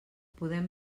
podem